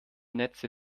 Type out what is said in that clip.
netze